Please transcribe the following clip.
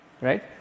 right